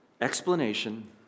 explanation